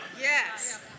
Yes